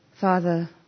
Father